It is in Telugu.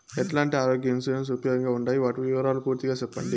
ఎట్లాంటి ఆరోగ్య ఇన్సూరెన్సు ఉపయోగం గా ఉండాయి వాటి వివరాలు పూర్తిగా సెప్పండి?